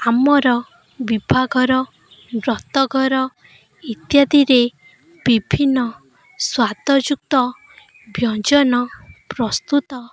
ଆମର ବିଭାଘର ବ୍ରତଘର ଇତ୍ୟାଦିରେ ବିଭିନ୍ନ ସ୍ୱାଦଯୁକ୍ତ ବ୍ୟଞ୍ଜନ ପ୍ରସ୍ତୁତ